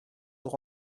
nous